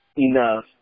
enough